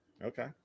Okay